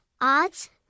odds